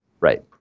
Right